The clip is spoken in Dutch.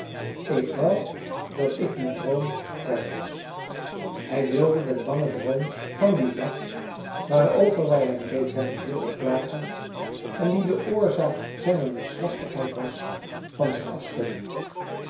ik wou dat ik dien droom kwijt was hij wilde den bangen droom van dien nacht waarover wij hem reeds hebben hooren klagen en die de oorzaak zijner neerslachtigheid was van zich afschudden